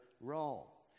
role